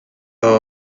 aba